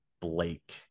Blake